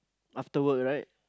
after work right